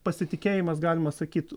pasitikėjimas galima sakyt